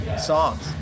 songs